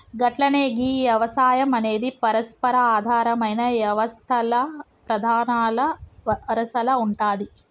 గట్లనే గీ యవసాయం అనేది పరస్పర ఆధారమైన యవస్తల్ల ప్రధానల వరసల ఉంటాది